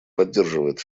поддерживает